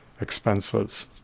expenses